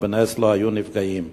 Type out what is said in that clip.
ובנס לא היו נפגעים.